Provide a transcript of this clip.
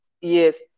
Yes